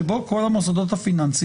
שבו כל המוסדות הפיננסיים,